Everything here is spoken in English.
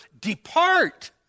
depart